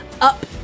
up